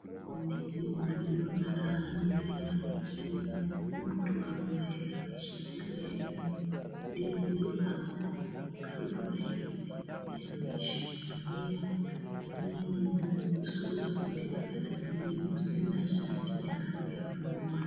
Mgomba wa ndizi ulio na rangi ya kijani, mtu ambaye ameshikilia hiyo ndizi ako karibu na hiyo ndizi ameishikilia, amevalia suruali ndefu ya rangi nyeusi na shati ya rangi ya samawati.